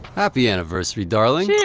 happy aniversary darling! yeah